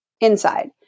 inside